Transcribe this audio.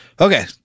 Okay